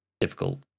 difficult